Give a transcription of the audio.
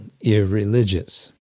irreligious